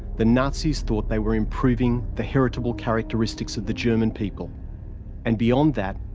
the nazis thought they were improving the heritable characteristics of the german people and, beyond that,